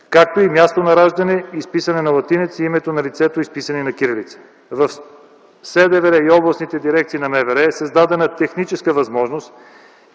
както и мястото на раждане, изписани на латиница и името на лицето, изписани на кирилица. В СДВР и областните дирекции на МВР е създадена техническа възможност